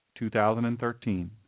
2013